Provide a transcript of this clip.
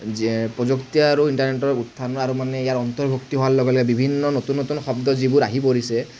যি প্ৰযুক্তি আৰু ইণ্টাৰনেটৰ উত্থানৰ আৰু মানে ইয়াৰ অন্তৰ্ভুক্তি হোৱাৰ লগে লগে বিভিন্ন নতুন নতুন শব্দ যিবোৰ আহি পৰিছে